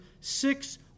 six